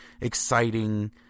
exciting